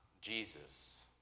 Jesus